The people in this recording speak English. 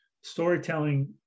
storytelling